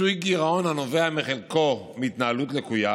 כיסוי גירעון הנובע בחלקו מהתנהלות לקויה